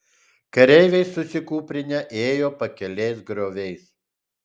kareiviai susikūprinę ėjo pakelės grioviais